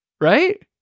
right